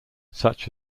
such